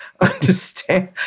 understand